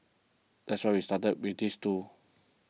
that's why we started with these two